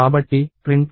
కాబట్టి ప్రింట్ 2